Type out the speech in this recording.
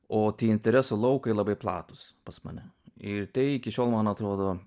o tie interesų laukai labai platūs pas mane ir tai iki šiol man atrodo